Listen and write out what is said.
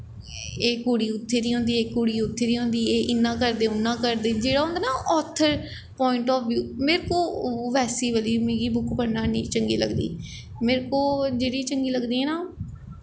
एह् कुड़ी उत्थें दी होंदा एह् कुड़ियां उत्थें दी होंदी एह् इयां करदे उ'यां करदा जेह्ड़ा होंदा ना ऑथर प्वाइट ऑफ व्यू मेरे को बैसी बाली मिगी बुक निं चंगी लगदी मेरे को जेह्ड़ी चंगी लगदियां न